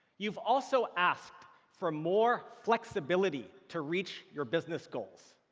you've also asked for more flexibility to reach your business goals.